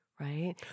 right